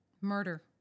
Murder